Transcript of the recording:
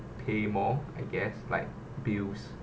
pay more I guess like bills